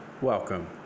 welcome